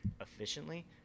efficiently